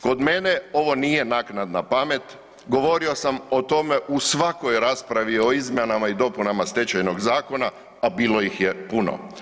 Kod mene ovo nije naknadna pamet, govorio sam o tome u svakoj raspravi o izmjenama i dopunama stečajnog zakona a bilo ih puno.